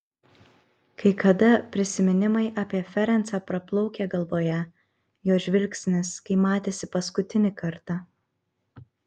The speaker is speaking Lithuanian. kai kada prisiminimai apie ferencą praplaukia galvoje jo žvilgsnis kai matėsi paskutinį kartą